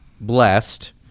Blessed